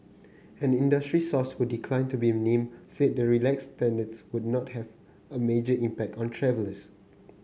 an industry source who declined to be named said the relaxed standards would not have a major impact on travellers